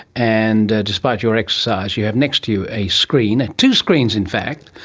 and despite your exercise you have next to you a screen, two screens in fact,